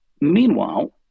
Meanwhile